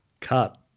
Cut